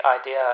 idea